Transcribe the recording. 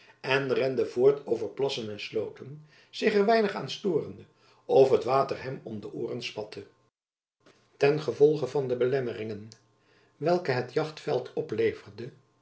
en rende voort over plassen en slooten zich er weinig aan storende of het water hem om de ooren spatte ten gevolge van de belemmeringen welke het jachtveld opleverde